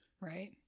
Right